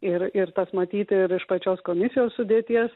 ir ir tas matyti ir iš pačios komisijos sudėties